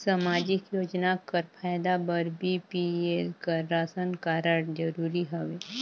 समाजिक योजना कर फायदा बर बी.पी.एल कर राशन कारड जरूरी हवे?